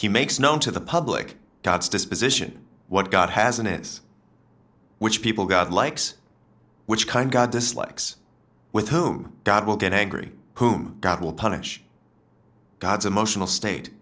he makes known to the public dogs disposition what god has and is which people god likes which kind god dislikes with whom god will get angry whom god will punish gods emotional state